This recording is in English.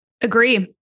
Agree